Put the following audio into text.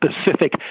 specific